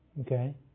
Okay